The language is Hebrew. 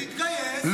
תתגייס ותיהנה,